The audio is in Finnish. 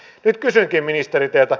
nyt kysynkin ministeri teiltä